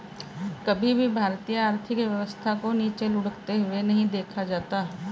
कभी भी भारतीय आर्थिक व्यवस्था को नीचे लुढ़कते हुए नहीं देखा जाता है